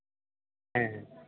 হ্যাঁ